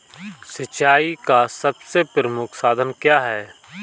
सिंचाई का सबसे प्रमुख साधन क्या है?